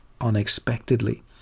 unexpectedly